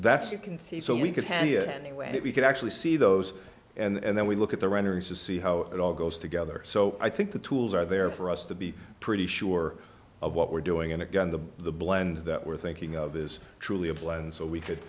that's you can see so we can tell you any way that we can actually see those and then we look at the runners to see how it all goes together so i think the tools are there for us to be pretty sure of what we're doing and again the blend that we're thinking of is truly a blend so we could